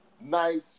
nice